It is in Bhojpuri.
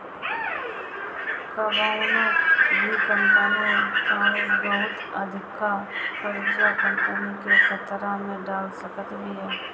कवनो भी कंपनी पअ बहुत अधिका कर्जा कंपनी के खतरा में डाल सकत बिया